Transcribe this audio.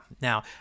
Now